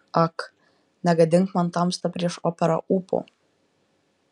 ak negadink man tamsta prieš operą ūpo